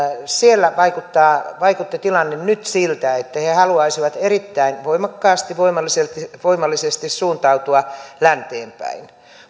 siellä vaikutti vaikutti tilanne nyt siltä että he haluaisivat erittäin voimakkaasti voimallisesti voimallisesti suuntautua länteen päin